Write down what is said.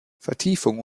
vertiefung